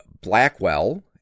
Blackwell